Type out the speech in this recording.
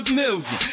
million